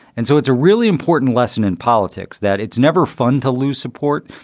and so it's a really important lesson in politics that it's never fun to lose support,